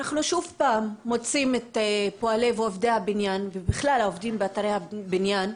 אנחנו שוב מוצאים את פועלי הבניין ועובדי הבניין,